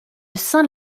saint